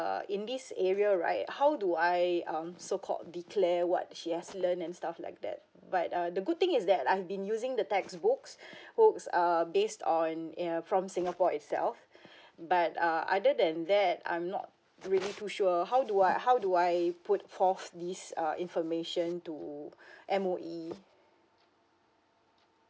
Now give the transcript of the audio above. err in this area right how do I um so called declare what she has learned and stuff like that but uh the good thing is that I've been using the textbooks books um based on err from singapore itself but uh other than that I'm not really too sure how do I how do I put forth this uh information to M_O_E